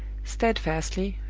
steadfastly,